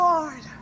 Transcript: Lord